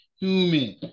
human